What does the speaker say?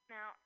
Now